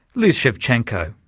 liz sevchenko.